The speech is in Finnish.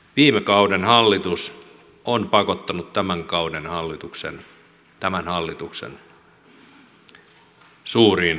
viime kauden hallitus on pakottanut tämän kauden hallituksen tämän hallituksen suuriin leikkauksiin